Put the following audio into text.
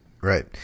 Right